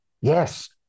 Yes